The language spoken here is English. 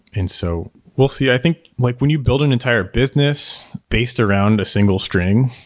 and so we'll see. i think like when you build an entire business based around a single string,